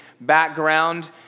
background